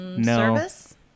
Service